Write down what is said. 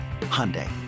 Hyundai